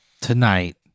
tonight